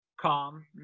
calm